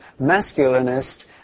masculinist